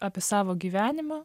apie savo gyvenimą